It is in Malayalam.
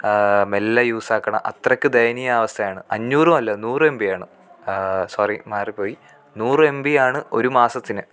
മെല്ലെ യൂസ്സാക്കണം അത്രയ്ക്ക് ദയനീയ അവസ്ഥയാണ് അഞ്ഞുറുവല്ല നൂറെമ്പിയാണ് സോറി മാറിപ്പോയി നൂറെമ്പിയാണ് ഒരു മാസത്തിന്